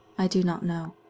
i do not know.